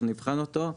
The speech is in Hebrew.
אנחנו נבחן אותו,